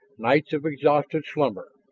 nights of exhausted slumber.